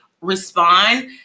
respond